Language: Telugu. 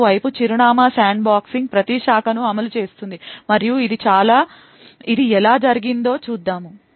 మరోవైపు చిరునామా శాండ్బాక్సింగ్ ప్రతి శాఖను అమలు చేస్తుంది మరియు ఇది ఎలా జరిగిందో చూద్దాం